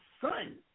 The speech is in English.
son